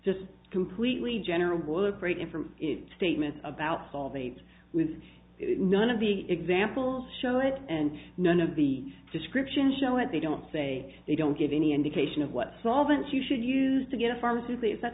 just completely general would break in from statements about solve a with none of the examples show it and none of the descriptions show at they don't say they don't give any indication of what solvents you should use to get a farm to please that